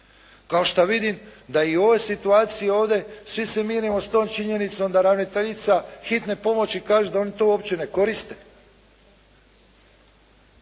Kao što vidim da i u ovoj situaciji ovdje svi se mirimo s tom činjenicom da ravnateljica Hitne pomoći kaže da oni to uopće ne koriste.